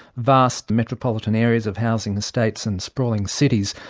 vast metropolitan areas of housing estates and sprawling cities.